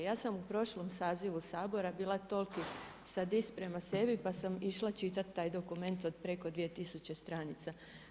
Ja sam u prošlom sazivu Sabora bila toliki sadist prema sebi pa sam išla čitati taj dokument od preko 2000 stranica.